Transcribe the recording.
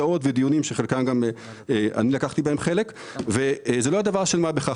זה לא היה דבר של מה בכך,